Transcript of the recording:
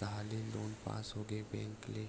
ताहले loan pass होगे bank ले